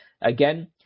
Again